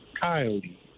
coyote